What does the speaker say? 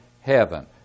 heaven